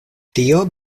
tio